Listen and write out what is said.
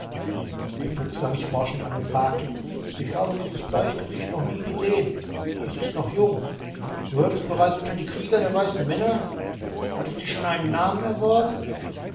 der fuchs sah mich forschend an und fragte ich habe dieses bleichgesicht noch nie gesehen es ist noch jung gehört es bereits unter die krieger der weißen männer hat es sich schon einen namen erworben